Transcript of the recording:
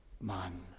man